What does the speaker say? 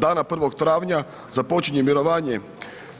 Dana 01. travnja započinje mirovanje